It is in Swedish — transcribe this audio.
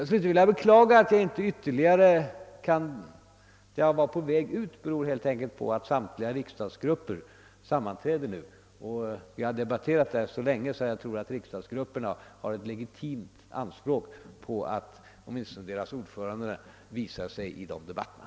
Slutligen vill jag beklaga att jag var på väg ut ur plenisalen, men det berodde på att samtliga riksdagsgrupper nu sammanträder, och jag tror att riksdagsgrupperna har ett legitimt anspråk på att åtminstone deras ordförande visar sig på sammanträdena.